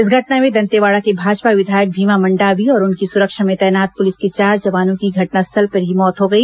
इस घटना में दंतेवाड़ा के भाजपा विधायक भीमा मंडावी और उनकी सुरक्षा में तैनात पुलिस के चार जवानों की घटनास्थल पर ही मौत हो गई